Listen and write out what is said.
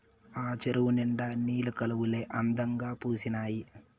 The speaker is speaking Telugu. ఆ చెరువు నిండా నీలి కలవులే అందంగా పూసీనాయి